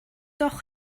doch